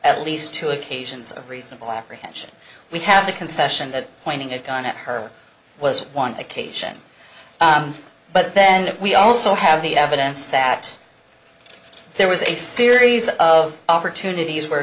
at least two occasions of reasonable apprehension we have a concession that pointing a gun at her was one occasion but then we also have the evidence that there was a series of opportunities where